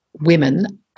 women